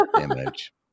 image